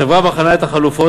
החברה בחנה את החלופות,